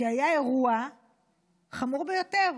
כי היה אירוע חמור ביותר,